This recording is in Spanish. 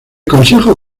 consejo